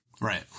Right